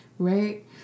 right